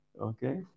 Okay